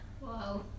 Wow